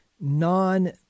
non